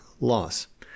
loss